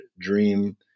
dream